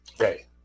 Okay